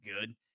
good